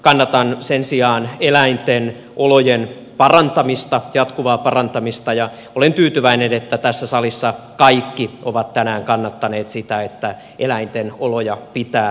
kannatan sen sijaan eläinten olojen parantamista jatkuvaa parantamista ja olen tyytyväinen että tässä salissa kaikki ovat tänään kannattaneet sitä että eläinten oloja pitää parantaa